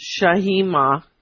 Shahima